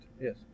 Yes